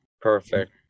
Perfect